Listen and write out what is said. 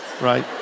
Right